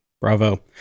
Bravo